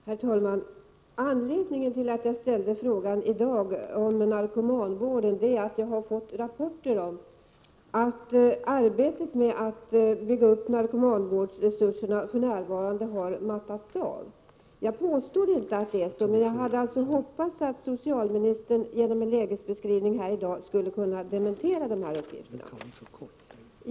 Herr talman! Anledningen till att jag i dag ställde frågan om narkomanvården är att jag fått rapporter om att arbetet med att bygga upp narkomanvårdsresurserna nu har mattats av. Jag påstår inte att det är så, och jag hade hoppats att socialministern genom en lägesbeskrivning här i dag skulle kunna dementera dessa uppgifter.